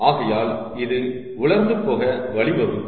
ஆகையால் இது உலர்ந்து போக வழிவகுக்கும்